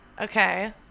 Okay